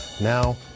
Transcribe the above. now